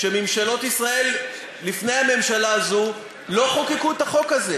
שממשלות ישראל לפני הממשלה הזאת לא חוקקו את החוק הזה,